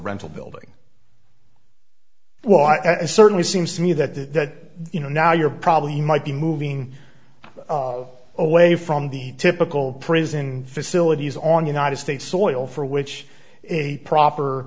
rental building well and certainly seems to me that you know now you're probably might be moving away from the typical prison facilities on united states soil for which is a proper